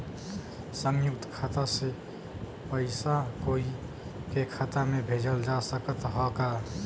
संयुक्त खाता से पयिसा कोई के खाता में भेजल जा सकत ह का?